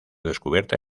descubierta